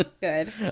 good